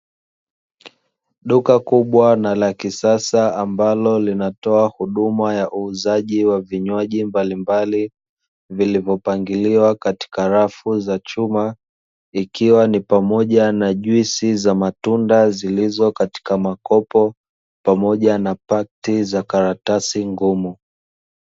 Duka kubwa na la kisasa ambalo linatoa huduma ya uuzaji wa vinywaji mbalimbali, vilivyopangiliwa katika rafu za chuma ikiwa ni pamoja na juisi za matunda zilizo katika makopo pamoja na pakiti za karatasi ngumu.